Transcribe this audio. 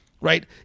right